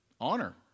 honor